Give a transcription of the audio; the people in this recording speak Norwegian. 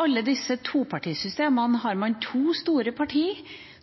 alle disse topartisystemene har man to store parti